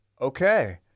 Okay